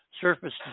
surface